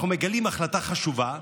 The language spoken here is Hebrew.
אנחנו מגלים החלטה חשובה,